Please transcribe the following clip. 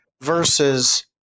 versus